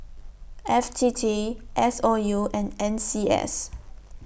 F T T S O U and N C S